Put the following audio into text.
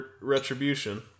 Retribution